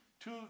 Two